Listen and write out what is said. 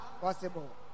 Possible